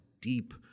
deep